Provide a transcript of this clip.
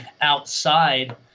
outside